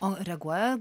o reaguoja